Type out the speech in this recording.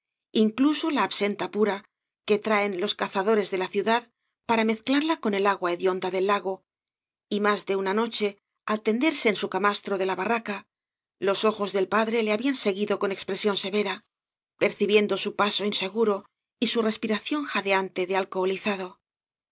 incluso la absenta pura que traen los cazadores de la ciudad para mezclarla con el agua hedionda del lago y más de una noche al tenderse en su camastro de la barraca los ojos del padre le habían seguido con expresión severa percibiendo su paso inseguro y su respiración jadeante de alcoholizado el